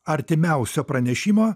artimiausio pranešimo